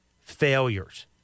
failures